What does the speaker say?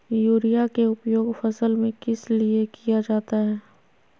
Urea के उपयोग फसल में किस लिए किया जाता है?